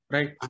Right